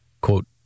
Quote